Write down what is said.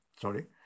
sorry